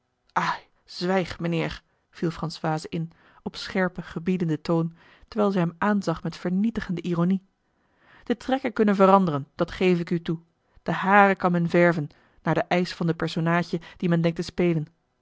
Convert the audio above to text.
ai zwijg mijnheer viel françoise in op scherpen gebiedenden toon terwijl zij hem aanzag met vernietigende ironie de trekken kunnen veranderen dat geve ik u toe de haren kan men verven naar den eisch van den personaadje die men denkt te spelen